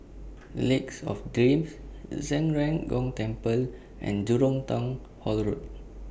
Lake of Dreams Zhen Ren Gong Temple and Jurong Town Hall Road